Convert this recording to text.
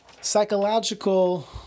psychological